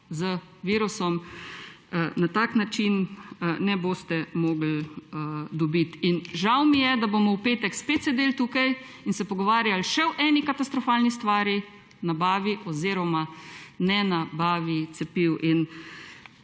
z virusom na tak način ne boste mogli dobiti. Žal mi je, da bomo v petek spet sedeli tukaj in se pogovarjali o še eni katastrofalni stvari, nabavi oziroma nenabavi cepiv.